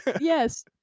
yes